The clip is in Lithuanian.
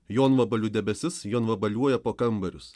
jonvabalių debesis jonvabaliuoja po kambarius